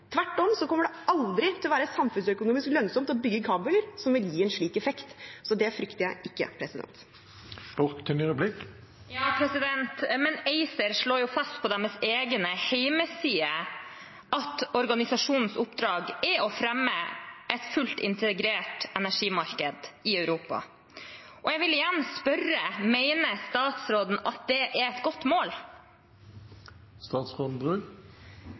Tvert om kommer det aldri til å være samfunnsøkonomisk lønnsomt å bygge kabler som vil gi en slik effekt. Så det frykter jeg ikke. ACER slår jo fast på sin egen hjemmeside at organisasjonens oppdrag er å fremme et fullt integrert energimarked i Europa. Jeg vil igjen spørre: Mener statsråden at det er et godt